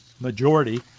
majority